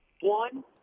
one